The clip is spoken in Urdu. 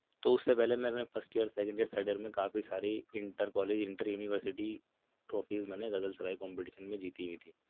تو اس سے پہلے میں اپنے first year second year third year میں کافی ساری inter college inter university trophies میں نے غزل سرائی کامپٹیشن میں جیتی ہوئی تھی